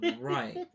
right